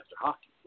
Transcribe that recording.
hockey